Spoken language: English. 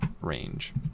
range